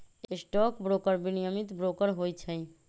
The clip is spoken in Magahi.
स्टॉक ब्रोकर विनियमित ब्रोकर होइ छइ